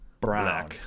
brown